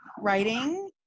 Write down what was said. writing